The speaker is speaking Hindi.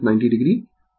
यह r Im है